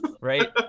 Right